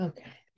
Okay